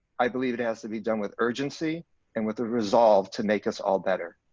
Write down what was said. i believe it has to be done with urgency and with the resolve to make us all better.